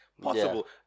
possible